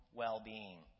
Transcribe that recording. well-being